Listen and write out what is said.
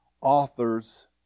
authors